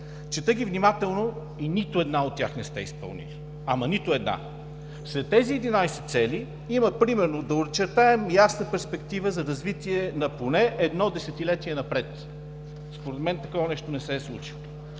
Чета ги внимателно и виждам, че нито една от тях не сте изпълнили. Ама, нито една! (Оживление в ГЕРБ.) Сред тези 11 цели има примерно: „Да очертаем ясна перспектива за развитие за поне едно десетилетие напред“. Според мен такова нещо не се е случило.